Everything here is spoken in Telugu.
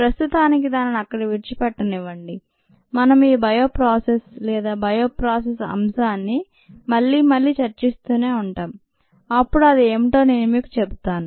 ప్రస్తుతానికి దానిని అక్కడ విడిచిపెట్టనివ్వండి మనం ఈ బయో ప్రాసెస్ లేదా బయోప్రాసెస్ అంశాన్ని మళ్ళీ మళ్ళీ చర్చిస్తూనే ఉంటాం అప్పుడు అది ఏమిటో నేను మీకు చెబుతాను